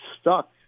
stuck